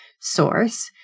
source